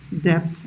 depth